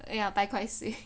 ya 白开水